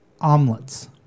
omelets